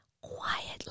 quietly